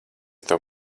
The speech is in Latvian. tev